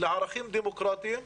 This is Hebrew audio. לערכים דמוקרטיים,